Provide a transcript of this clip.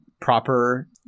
proper